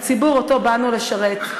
הציבור שבאנו לשרת.